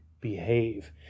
behave